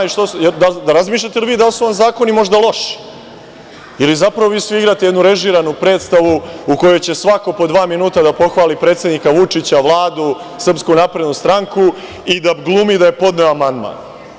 Da li razmišljate o tome da li su vam zakoni možda loši ili zapravo vi svi igrate jednu režiranu predstavu, u kojoj će svako po dva minuta da pohvali predsednika Vučića, Vladu, SNS i da glumi da je podneo amandman?